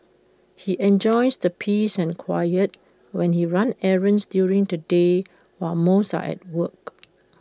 he enjoys the peace and quiet when he runs errands during the day while most are at work